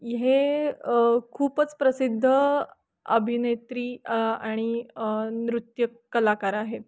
हे खूपच प्रसिद्ध अभिनेत्री आणि नृत्य कलाकार आहेत